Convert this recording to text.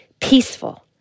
peaceful